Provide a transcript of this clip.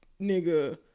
nigga